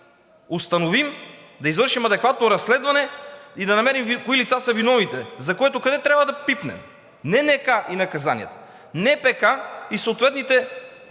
да извършим адекватно разследване и да намерим кои лица са виновните, за което къде трябва да пипнем? Не в НК и наказанията, а НПК и съответните